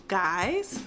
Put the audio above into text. guys